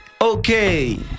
Okay